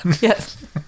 Yes